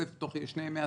תוך שני ימי עסקים,